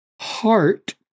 heart